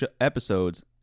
Episodes